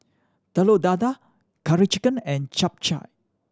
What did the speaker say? Telur Dadah Curry Chicken and Chap Chai